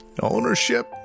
Ownership